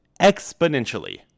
exponentially